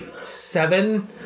seven